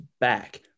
back